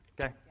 Okay